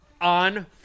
On